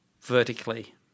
vertically